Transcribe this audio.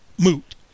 moot